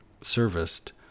serviced